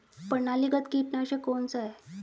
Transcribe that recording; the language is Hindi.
प्रणालीगत कीटनाशक कौन सा है?